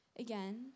Again